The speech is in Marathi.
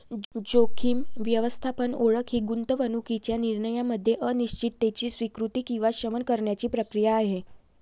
जोखीम व्यवस्थापन ओळख ही गुंतवणूकीच्या निर्णयामध्ये अनिश्चिततेची स्वीकृती किंवा शमन करण्याची प्रक्रिया आहे